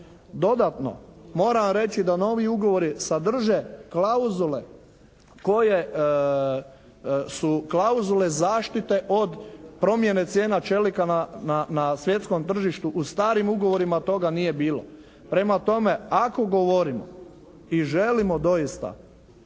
Dodatno, moram vam reći da novi ugovori sadrže klauzule koje su klauzule zaštite o promjene cijena čelika na svjetskom tržištu. U starim ugovorima toga nije bilo. Prema tome, ako govorimo i želimo doista